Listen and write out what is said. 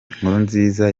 nkurunziza